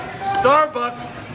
Starbucks